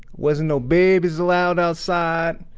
wasn't no babies allowed outside.